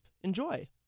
enjoy